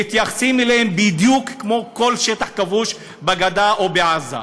מתייחסים בדיוק כמו אל כל שטח כבוש בגדה או בעזה.